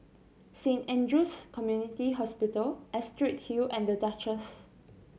Saint Andrew's Community Hospital Astrid Hill and Duchess